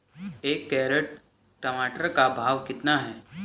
एक कैरेट टमाटर का भाव कितना है?